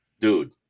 Dude